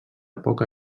poca